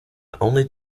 only